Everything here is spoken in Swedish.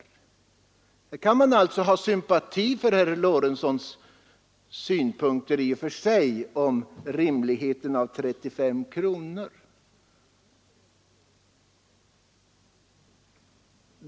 Man kan alltså i och för sig ha sympati för herr Lorentzons synpunkter och ifrågasätta rimligheten i detta ersättningsbelopp.